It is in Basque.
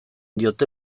diote